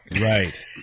Right